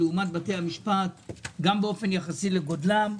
תקציב הבינוי שלהם הוא בסדרי גודל גדולים,